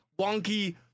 wonky